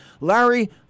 Larry